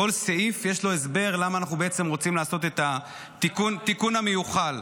לכל סעיף יש הסבר למה אנחנו רוצים לעשות את התיקון המיוחל.